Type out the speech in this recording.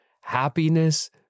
happiness